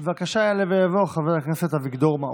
בבקשה, יעלה ויבוא חבר הכנסת אביגדור מעוז.